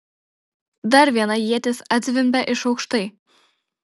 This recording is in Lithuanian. dar viena ietis atzvimbė iš aukštai